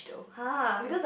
[huh]